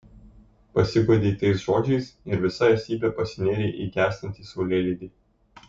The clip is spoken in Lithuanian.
pasiguodei tais žodžiais ir visa esybe pasinėrei į gęstantį saulėlydį